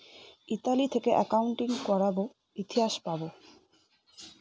Italy থেকে accounting করাবো ইতিহাস পাবো